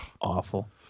Awful